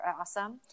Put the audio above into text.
awesome